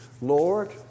Lord